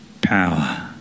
power